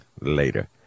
Later